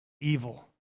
evil